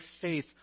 faith